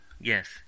yes